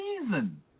reason